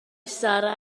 sarra